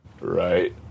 right